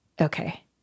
Okay